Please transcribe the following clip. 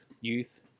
youth